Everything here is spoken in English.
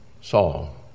Saul